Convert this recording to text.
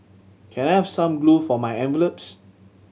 can I have some glue for my envelopes